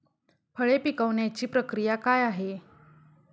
फळे पिकण्याची प्रक्रिया काय आहे?